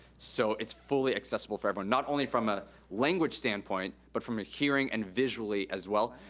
so it's fully accessible for everyone, not only from a language standpoint, but from a hearing and visually, as well.